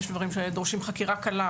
יש דברים שדורשים חקירה קלה,